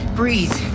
breathe